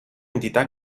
entità